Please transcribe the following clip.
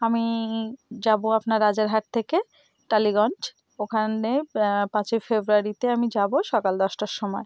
আমি যাবো আপনার রাজারহাট থেকে টালিগঞ্জ ওখানে পাঁচই ফেব্রুয়ারিতে আমি যাবো সকাল দশটার সময়